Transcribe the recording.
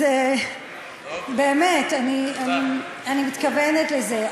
אז באמת, אני מתכוונת לזה.